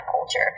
culture